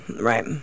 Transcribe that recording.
right